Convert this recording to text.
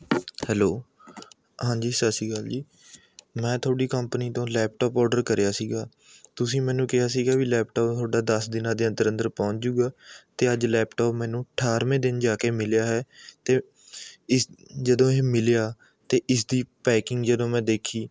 hello ਹਾਂਜੀ ਸਤਿ ਸ਼੍ਰੀ ਅਕਾਲ ਜੀ ਮੈਂ ਤੁਹਾਡੀ ਕੰਪਨੀ ਤੋਂ ਲੈਪਟੋਪ ਆਰਡਰ ਕਰਿਆ ਸੀ ਤੁਸੀਂ ਮੈਨੂੰ ਕਿਹਾ ਸੀ ਵੀ ਲੈਪਟੋਪ ਤੁਹਾਡਾ ਦਸ ਦਿਨਾਂ ਦੇ ਅੰਦਰ ਅੰਦਰ ਪਹੁੰਚ ਜੂਗਾ ਅਤੇ ਅੱਜ ਲੈਪਟੋਪ ਮੈਨੂੰ ਅਠਾਰਵੇਂ ਦਿਨ ਜਾ ਕੇ ਮਿਲਿਆ ਹੈ ਅਤੇ ਇਸ ਜਦੋਂ ਇਹ ਮਿਲਿਆ ਅਤੇ ਇਸਦੀ ਪੈਕਿੰਗ ਜਦੋ ਮੈਂ ਦੇਖੀ